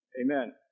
Amen